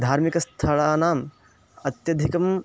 धार्मिकस्थलानाम् अत्यधिकम्